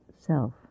self